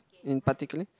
in particular